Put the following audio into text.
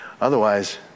Otherwise